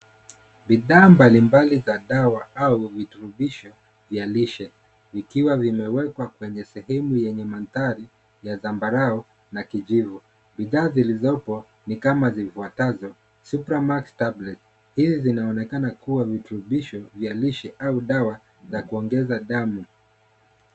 Bidhaa mbalimbali za dawa au viturubisho vya lishe, vikiwa vimewekwa kwenye sehemu yenye mandhari ya zambarau na kijivu, bidhaa zilizopo ni kama zifuatazo, Supermax Tablets , hizi zinaonekana kuwa viturubisho vya lishe au dawa za kuongeza damu.